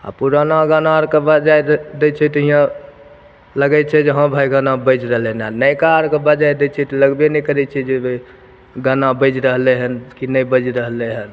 आ पुराना गाना आरके बजाइ दै छै तऽ हीयाँ लगै छै जे हँ भाइ गाना बैज रहलै हन आ नवका आरके बजाइ दै छै तऽ लगबे नहि करै छै जे गाना बाजि रहलै हन कि नहि बाजि रहलै हन